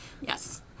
Yes